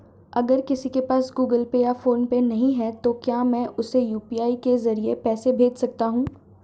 अगर किसी के पास गूगल पे या फोनपे नहीं है तो क्या मैं उसे यू.पी.आई के ज़रिए पैसे भेज सकता हूं?